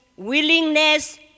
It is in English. Willingness